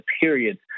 periods